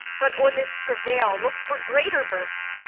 but on this travail look for greater birth.